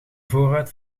voorruit